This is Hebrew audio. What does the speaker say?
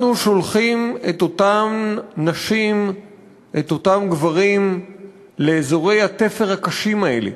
אנחנו שולחים את אותן נשים ואת אותם גברים לאזורי התפר הקשים האלה,